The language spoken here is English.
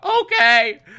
okay